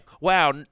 wow